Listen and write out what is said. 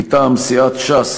מטעם סיעת ש"ס,